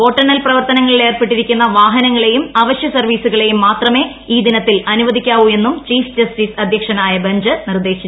വോട്ടെണ്ണൽ പ്രവർത്തനങ്ങളിൽ ഏർപ്പെട്ടിരിക്കുന്ന വാഹനങ്ങളെയും അവശ്യ സർവ്വീസുകളെയും മാത്രമേ ഈ ദിനത്തിൽ അനുവദിക്കാവൂ എന്നും ചീഫ് ജസ്റ്റിസ് അധ്യക്ഷനായ ബഞ്ച് നിർദ്ദേശിച്ചു